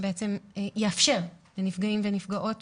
והדר גם עוסקת איתנו בזה, שיאפשר לנפגעים ולנפגעות